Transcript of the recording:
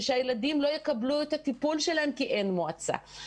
ושהילדים לא יקבלו את הטיפול שלהם כי אין מועצה.